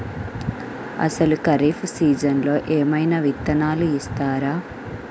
అసలు ఖరీఫ్ సీజన్లో ఏమయినా విత్తనాలు ఇస్తారా?